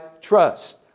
trust